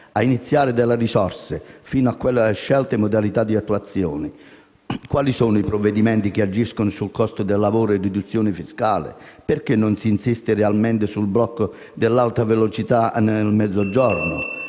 a iniziare dalle risorse, fino alla scelta delle modalità di attuazione. Quali sono i provvedimenti che agiscono su costo del lavoro e riduzione fiscale? Perché non si insiste realmente sullo sblocco dell'Alta velocità anche nel Mezzogiorno?